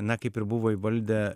na kaip ir buvo įvaldę